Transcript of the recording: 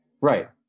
Right